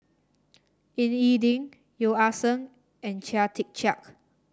Ying E Ding Yeo Ah Seng and Chia Tee Chiak